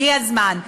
הגיע הזמן,